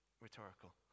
Rhetorical